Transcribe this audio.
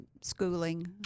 schooling